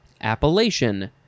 appellation